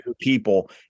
people